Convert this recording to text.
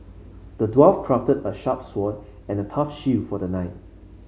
the dwarf crafted a sharp sword and a tough shield for the knight